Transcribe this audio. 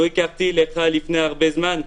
לא הכרתי אותך לפני הרבה זמן,